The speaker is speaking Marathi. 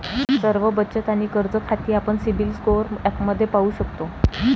सर्व बचत आणि कर्ज खाती आपण सिबिल स्कोअर ॲपमध्ये पाहू शकतो